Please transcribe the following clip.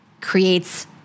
creates